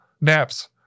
naps